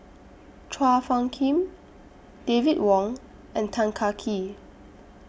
Chua Phung Kim David Wong and Tan Kah Kee